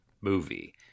movie